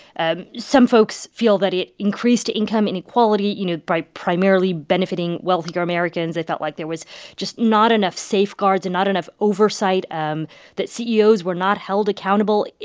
ah some folks feel that it increased income inequality, you know, by primarily benefiting wealthier americans. it felt like there was just not enough safeguards and not enough oversight, um that ceos were not held accountable.